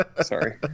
Sorry